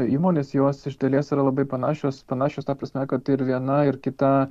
įmonės jos iš dalies yra labai panašios panašios ta prasme kad ir viena ir kita